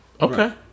Okay